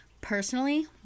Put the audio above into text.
Personally